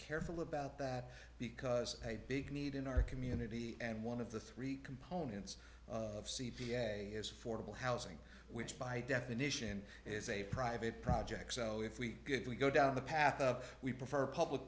careful about that because a big need in our community and one of the three components of c p a s affordable housing which by definition is a private project so if we get we go down the path of we prefer public